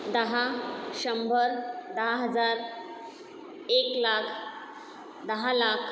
दहा शंभर दहा हजार एक लाख दहा लाख